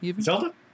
Zelda